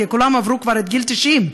כי כולם עברו את גיל 90,